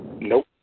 Nope